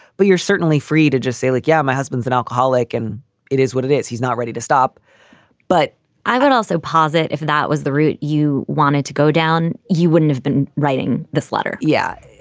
but you're certainly free to just say, look, yeah, my husband's an alcoholic and it is what it is. he's not ready to stop but i also posit if that was the route you wanted to go down, you wouldn't have been writing this letter. yeah.